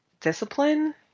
discipline